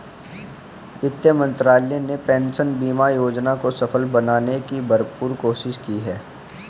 वित्त मंत्रालय ने पेंशन बीमा योजना को सफल बनाने की भरपूर कोशिश की है